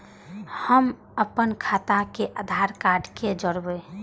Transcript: हम अपन खाता के आधार कार्ड के जोरैब?